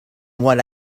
what